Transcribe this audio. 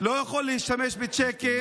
לא יכול להשתמש בצ'קים.